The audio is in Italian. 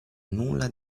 nulla